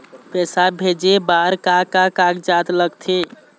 पैसा भेजे बार का का कागजात लगथे?